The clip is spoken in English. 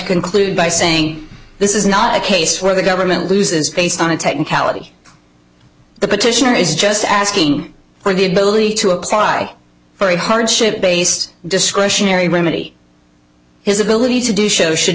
conclude by saying this is not a case where the government loses based on a technicality the petitioner is just asking for the ability to apply for a hardship based discretionary remedy his ability to dish out should